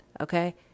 Okay